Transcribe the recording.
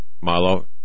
Milo